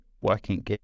working